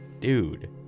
dude